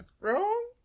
wrong